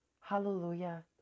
Hallelujah